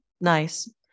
Nice